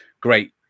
great